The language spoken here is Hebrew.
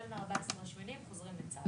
החל מה-14 באוגוסט הם חוזרים לצה"ל.